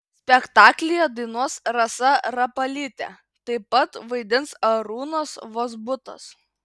spektaklyje dainuos rasa rapalytė taip pat vaidins arūnas vozbutas